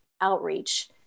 outreach